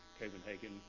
Copenhagen